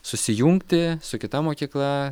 susijungti su kita mokykla